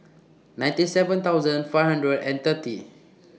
ninety seven thousand five hundred and thirty